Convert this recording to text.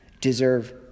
deserve